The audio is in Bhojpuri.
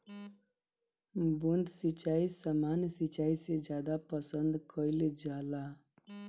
बूंद सिंचाई सामान्य सिंचाई से ज्यादा पसंद कईल जाला